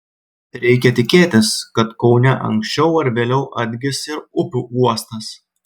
reikia tikėtis kad kaune anksčiau ar vėliau atgis ir upių uostas